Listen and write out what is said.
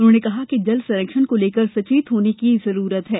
उन्होंने कहा कि जल संरक्षण को लेकर सचेत होने की जरूरत है